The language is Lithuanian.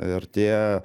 ir tie